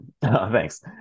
thanks